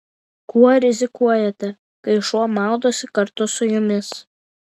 kuo rizikuojate kai šuo maudosi kartu su jumis